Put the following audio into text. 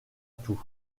tout